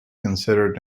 considered